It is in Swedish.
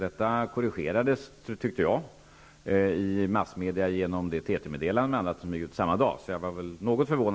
Detta korrigerades, tyckte jag, i massmedia genom bl.a. det TT meddelande som gick ut samma dag som den här missuppfattningen kom till uttryck.